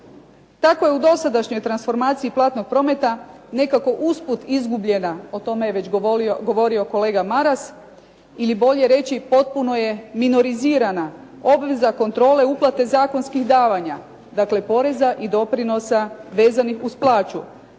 Kako je u dosadašnjoj transformaciji platnog prometa nekako usput izgubljena, o tome je već govorio kolega Maras, ili bolje reći potpuno je minorizirana obveza kontrole uplate zakonskih davanja, dakle poreza i doprinosa vezanih uz plaću.